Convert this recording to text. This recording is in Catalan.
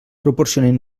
proporcionen